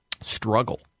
struggle